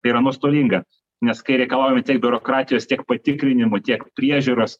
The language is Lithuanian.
tai yra nuostolinga nes kai reikalauja tiek biurokratijos tiek patikrinimų tiek priežiūros